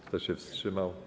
Kto się wstrzymał?